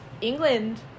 England